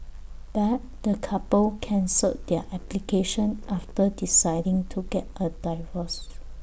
but the couple cancelled their application after deciding to get A divorce